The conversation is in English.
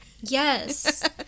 Yes